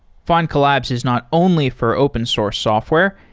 find collabs is not only for open source software,